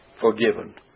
forgiven